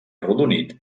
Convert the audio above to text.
arrodonit